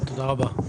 תודה רבה.